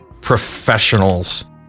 professionals